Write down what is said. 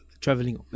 traveling